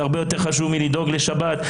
זה הרבה יותר חשוב מלדאוג לשבת,